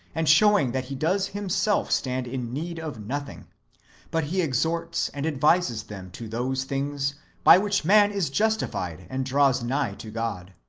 and show ing that he does himself stand in need of nothing but he exhorts and advises them to those things by which man is justified and draws nigh to god.